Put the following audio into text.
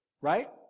right